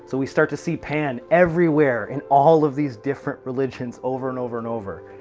so we start to see pan everywhere in all of these different religions over and over and over.